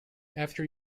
after